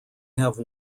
have